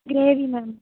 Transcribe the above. gravy ma'am